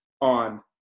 on